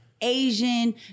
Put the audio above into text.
Asian